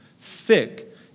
thick